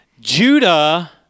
Judah